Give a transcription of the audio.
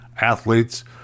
athletes